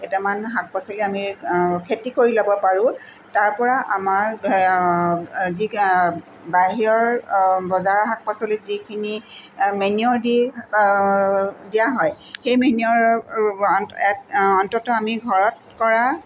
কেইটামান শাক পাচলি আমি খেতি কৰি ল'ব পাৰোঁ তাৰপৰা আমাৰ যি বাহিৰৰ বজাৰৰ শাক পাচলিত যিখিনি মেনিয়ৰ দিয়ে দিয়া হয় সেই মেনিয়ৰ অন্ততঃ আমি ঘৰত কৰা